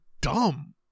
dumb